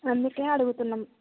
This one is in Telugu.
అందుకే అడుగుతున్నాము